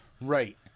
Right